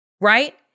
right